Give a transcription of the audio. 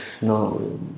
No